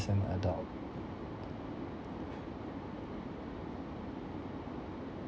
an adult